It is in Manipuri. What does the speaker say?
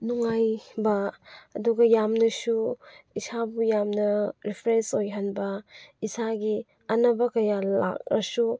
ꯅꯨꯡꯉꯥꯏꯕ ꯑꯗꯨꯒ ꯌꯥꯝꯅꯁꯨ ꯏꯁꯥꯕꯨ ꯌꯥꯝꯅ ꯔꯤꯐ꯭ꯔꯦꯁ ꯑꯣꯏꯍꯟꯕ ꯏꯁꯥꯒꯤ ꯑꯅꯥꯕ ꯀꯌꯥ ꯂꯥꯛꯂꯁꯨ